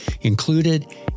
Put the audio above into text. Included